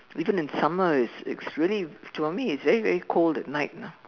even in summer it's it's really to me it's very very cold at night lah